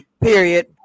Period